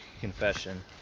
confession